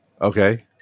Okay